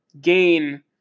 gain